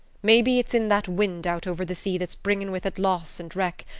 maybe it's in that wind out over the sea that's bringin' with it loss and wreck,